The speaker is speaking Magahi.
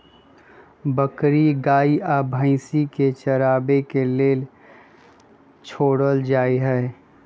बकरी गाइ आ भइसी के चराबे के लेल छोड़ल जाइ छइ